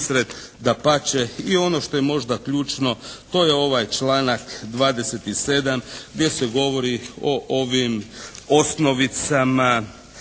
Dapače i ono što je možda ključno to je ovaj članak 27. gdje se govori o ovim osnovicama,